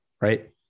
right